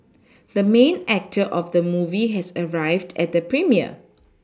the main actor of the movie has arrived at the premiere